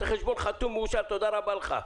החשבון הוא חתום ומאושר תודה רבה לך.